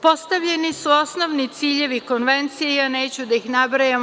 Postavljeni su osnovni ciljevi konvencije i ja neću da ih nabrajam.